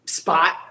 Spot